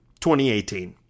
2018